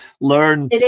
learn